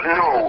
no